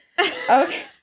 Okay